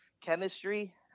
chemistry